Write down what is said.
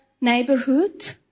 neighborhood